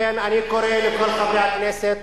לכן, אני קורא לכל חברי הכנסת